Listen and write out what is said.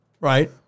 right